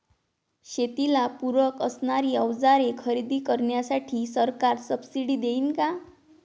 शेतीला पूरक असणारी अवजारे खरेदी करण्यासाठी सरकार सब्सिडी देईन का?